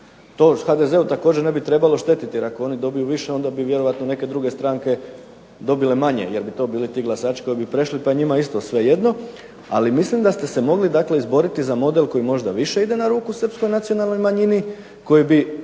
To HDZ-u također ne bi trebalo štetiti, jer ako oni dobiju više onda bi vjerojatno neke druge stranke dobile manjine, jer bi to bili ti glasači koji bi prešli pa je njima isto svejedno. Ali mislim da ste se mogli, dakle izboriti za model koji možda više ide na ruku srpskoj nacionalnoj manjini, koji bi